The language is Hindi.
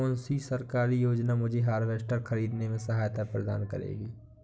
कौन सी सरकारी योजना मुझे हार्वेस्टर ख़रीदने में सहायता प्रदान करेगी?